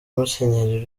musenyeri